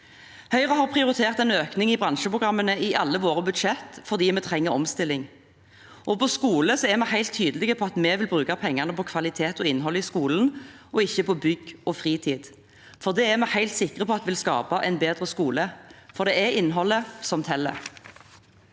Høyre har prioritert en økning i bransjeprogrammene i alle våre budsjetter fordi vi trenger omstilling. På skolefeltet er vi helt tydelige på at vi vil bruke pengene på kvalitet og innhold i skolen, og ikke på bygg og fritid. Det er vi helt sikre på at vil skape en bedre skole, for det er innholdet som teller.